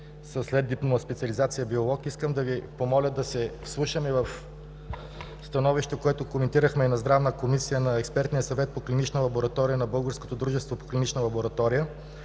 следдипломна специализация „биолог“ искам да Ви помоля да се вслушаме в становището, което коментирахме в Здравната комисия, на Експертния съвет по клинична лаборатория на Българското дружество по клинична лаборатория,